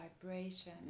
vibration